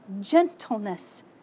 gentleness